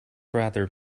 rather